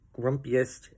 grumpiest